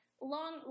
long